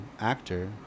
actor